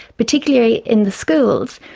particularly in the schools,